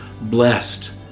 blessed